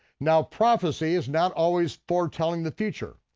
now prophecy is not always foretelling the future.